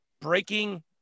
breaking